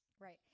Right